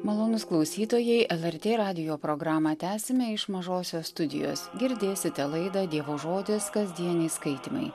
malonūs klausytojai el er tė radijo programą tęsime iš mažosios studijos girdėsite laidą dievo žodis kasdieniai skaitymai